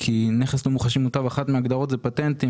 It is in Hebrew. כי נכס לא מוחשי מוטב אחת מהגדרות זה פטנטים,